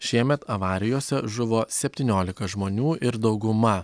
šiemet avarijose žuvo septyniolika žmonių ir dauguma